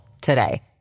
today